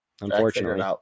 unfortunately